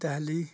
Delhi